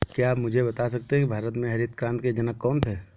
क्या आप मुझे बता सकते हैं कि भारत में हरित क्रांति के जनक कौन थे?